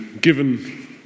given